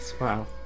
Wow